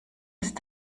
ist